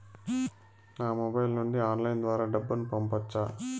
నా మొబైల్ నుండి ఆన్లైన్ ద్వారా డబ్బును పంపొచ్చా